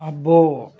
అబ్బో